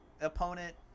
opponent